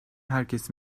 herkes